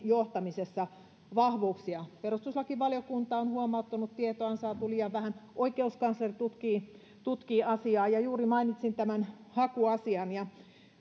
johtamisessa vahvuutena perustuslakivaliokunta on huomauttanut että tietoa on saatu liian vähän oikeuskansleri tutkii tutkii asiaa ja juuri mainitsin tämän hakuasian